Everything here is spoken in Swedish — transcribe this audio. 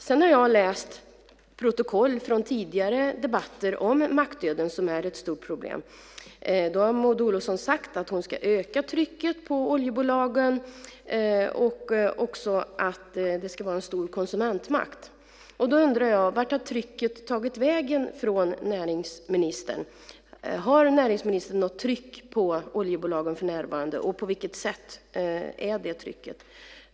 Jag har läst protokoll från tidigare debatter om mackdöden, som är ett stort problem, och då har Maud Olofsson sagt att hon ska öka trycket på oljebolagen och att det ska vara en stor konsumentmakt. Då undrar jag: Vart har trycket från näringsministern tagit vägen? Har näringsministern något tryck på oljebolagen för närvarande? På vilket sätt är det trycket?